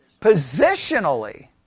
positionally